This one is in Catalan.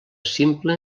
simple